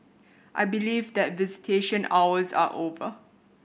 I believe that visitation hours are over